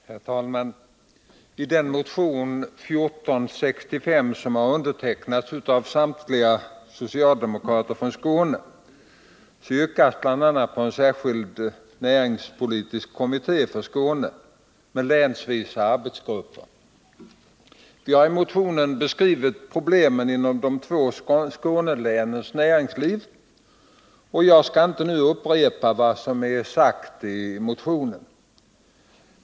Herr talman! I den motion, nr 1465, som undertecknats av samtliga socialdemokratiska riksdagsledamöter från Skåne, yrkas bl.a. på en särskild näringspolitisk kommitté för Skåne, med länsvisa arbetsgrupper. Vi har i motionen beskrivit problemen inom de två Skånelänens näringsliv, och jag skall inte nu upprepa vad som sagts i motionen.